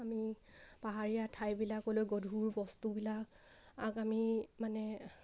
আমি পাহাৰীয়া ঠাইবিলাকলৈ গধুৰ বস্তুবিলাক আগ আমি মানে